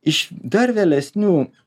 iš dar vėlesnių